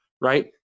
right